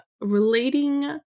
relating